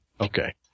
Okay